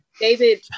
david